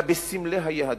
אלא בסמלי היהדות,